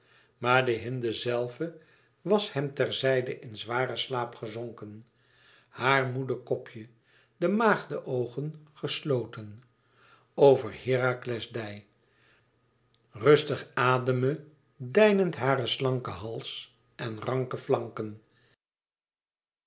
maar de hinde zelve was hem ter zijde in zwaren slaap gezonken haar moede kopje de maagde oogen gesloten over herakles dij rustig ademe deinend hare slanke hals en ranke flanken